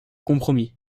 compromis